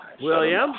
William